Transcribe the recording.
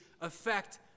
affect